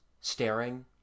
staring